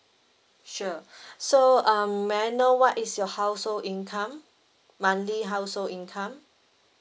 sure so um may I know what is your household income monthly household income